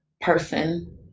person